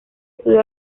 estudió